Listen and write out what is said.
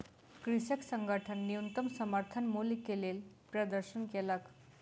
कृषक संगठन न्यूनतम समर्थन मूल्य के लेल प्रदर्शन केलक